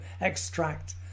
extract